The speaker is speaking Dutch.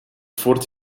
fort